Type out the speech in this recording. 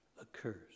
occurs